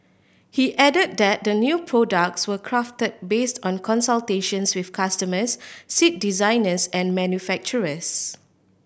he added that the new products were crafted based on consultations with customers seat designers and manufacturers